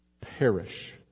perish